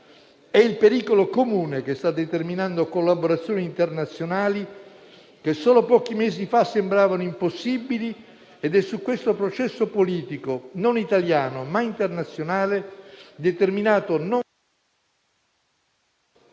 È il pericolo comune che sta determinando collaborazioni internazionali che solo pochi mesi fa sembravano impossibili ed è su questo processo politico - non italiano, ma internazionale - determinato non da interessi,